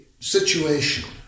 Situation